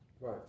right